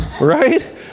Right